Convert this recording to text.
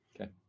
Okay